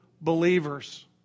believers